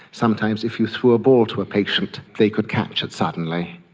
sometimes if you threw a ball to a patient they could catch it suddenly.